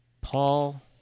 Paul